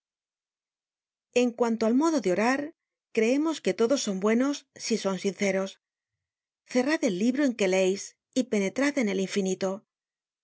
en cuanto al modo de orar creemos que todos son buenos si son sinceros cerrad el libro en que leeis y penetrad en el infinito